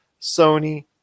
Sony